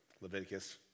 Leviticus